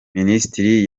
minisitiri